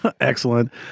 Excellent